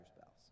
spouse